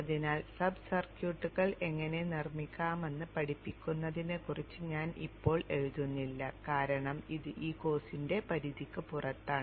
അതിനാൽ സബ് സർക്യൂട്ടുകൾ എങ്ങനെ നിർമ്മിക്കാമെന്ന് പഠിപ്പിക്കുന്നതിനെക്കുറിച്ച് ഞാൻ ഇപ്പോൾ എഴുതുന്നില്ല കാരണം ഇത് ഈ കോഴ്സിന്റെ പരിധിക്ക് പുറത്താണ്